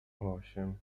osiem